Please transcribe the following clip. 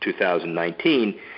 2019